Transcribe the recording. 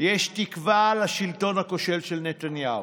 יש תקווה לשלטון הכושל של נתניהו.